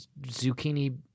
Zucchini